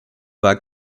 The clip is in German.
war